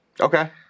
Okay